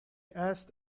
asked